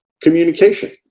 communication